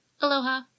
Aloha